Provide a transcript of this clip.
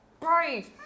Right